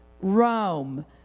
rome